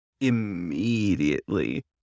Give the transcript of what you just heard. immediately